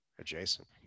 adjacent